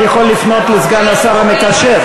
אני יכול לפנות לסגן השר, המקשר.